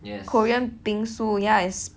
korean bingsu yes